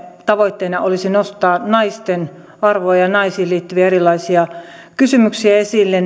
tavoitteena olisi nostaa naisten arvoa ja naisiin liittyviä erilaisia kysymyksiä esille